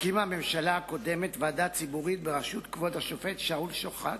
הקימה הממשלה הקודמת ועדה ציבורית בראשות כבוד השופט שאול שוחט,